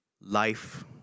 life